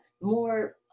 more